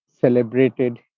celebrated